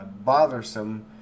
bothersome